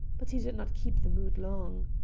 but he did not keep the mood long.